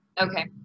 Okay